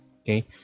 okay